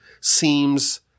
seems